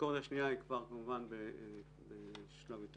הביקורת השנייה היא כבר בשלב יותר